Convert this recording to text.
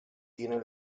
tienen